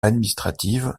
administratives